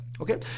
Okay